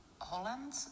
Holland